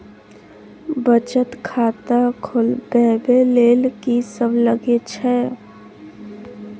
बचत खाता खोलवैबे ले ल की सब लगे छै?